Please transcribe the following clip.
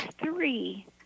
three